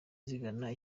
zigana